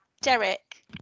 Derek